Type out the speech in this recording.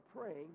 praying